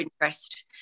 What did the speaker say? interest